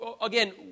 Again